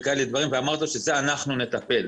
ואמרתי להם שבזה אנחנו נטפל.